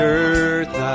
earth